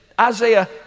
Isaiah